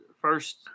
first